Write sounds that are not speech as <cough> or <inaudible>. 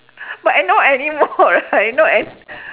but I not anymore right not an~ <breath>